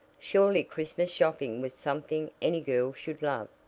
surely christmas shopping was something any girl should love,